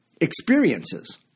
experiences